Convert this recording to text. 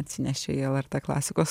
atsinešė į lrt klasikos